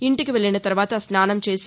ఇంటికి వెల్లిన తర్వాత స్నానం చేసి